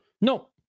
No